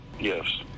Yes